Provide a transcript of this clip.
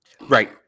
Right